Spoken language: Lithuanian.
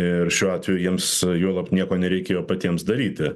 ir šiuo atveju jiems juolab nieko nereikėjo patiems daryti